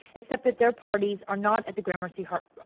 except that their parties are not at the gramercy heart,